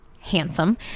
Handsome